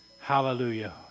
Hallelujah